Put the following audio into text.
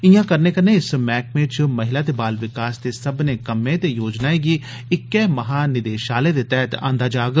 इयां करने कन्नै इस मैहकमे च महिला ते बाल विकास सब्बने कम्में ते योजनाएं गी इक्कै महानिदेशालय दे तैहत आंदा जाग